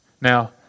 Now